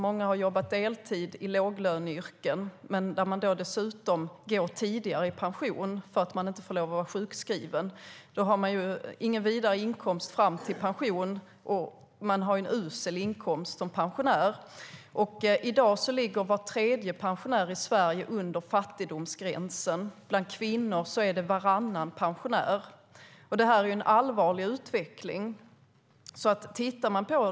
Många har jobbat deltid i låglöneyrken. Om man dessutom går tidigare i pension för att man inte får lov att vara sjukskriven har man ingen vidare inkomst fram till pension och en usel inkomst som pensionär. I dag ligger var tredje pensionär i Sverige under fattigdomsgränsen. Bland kvinnor är det varannan pensionär. Det här är en allvarlig utveckling.